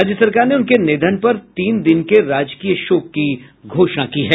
राज्य सरकार ने उनके निधन पर तीन दिन के राजकीय शोक की घोषणा की है